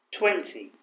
twenty